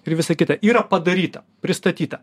ir visa kita yra padaryta pristatyta